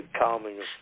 calming